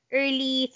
early